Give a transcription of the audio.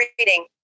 reading